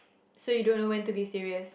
so you don't know when to be serious